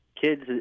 kids